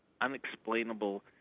unexplainable